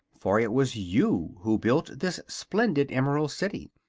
for it was you who built this splendid emerald city.